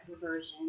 version